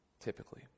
typically